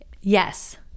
yes